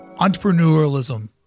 entrepreneurialism